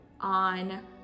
on